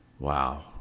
Wow